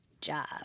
job